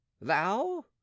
thou